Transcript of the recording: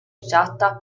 usata